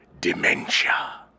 Dementia